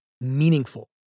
meaningful